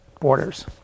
Borders